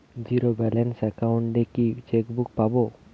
Zero balance account এ কি checkbook পাব?